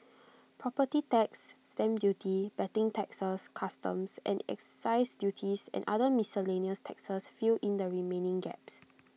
property tax stamp duty betting taxes customs and excise duties and other miscellaneous taxes fill in the remaining gaps